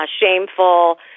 shameful